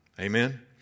Amen